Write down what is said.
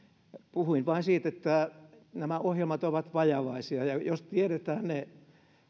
puhuin vain siitä että nämä ohjelmat ovat vajavaisia ja jos tiedetään ne